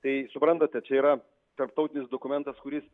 tai suprantate čia yra tarptautinis dokumentas kuris